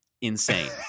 Insane